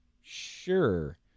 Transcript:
sure